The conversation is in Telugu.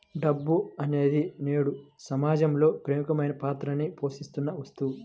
డబ్బు అనేది నేడు సమాజంలో ప్రముఖమైన పాత్రని పోషిత్తున్న వస్తువు